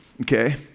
okay